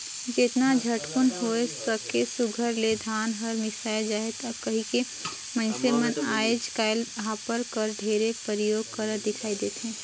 जेतना झटकुन होए सके सुग्घर ले धान हर मिसाए जाए कहिके मइनसे मन आएज काएल हापर कर ढेरे परियोग करत दिखई देथे